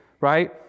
right